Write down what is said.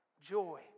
joy